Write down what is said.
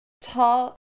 tall